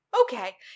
okay